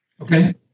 Okay